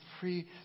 free